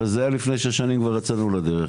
הרי זה היה לפני 6 שנים כבר יצאנו לדרך,